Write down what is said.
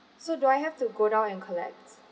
so do I have to go down and collect